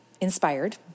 inspired